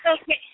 Okay